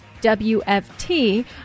WFT